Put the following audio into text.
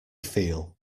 feel